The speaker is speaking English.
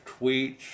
tweets